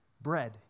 bread